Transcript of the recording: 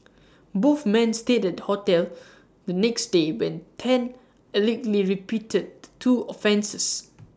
both men stayed at the hotel the next day when Tan allegedly repeated the two offences